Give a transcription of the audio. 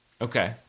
Okay